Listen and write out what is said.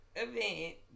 event